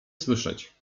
słyszeć